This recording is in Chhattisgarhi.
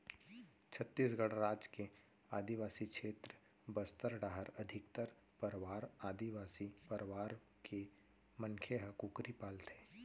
छत्तीसगढ़ राज के आदिवासी छेत्र बस्तर डाहर अधिकतर परवार आदिवासी परवार के मनखे ह कुकरी पालथें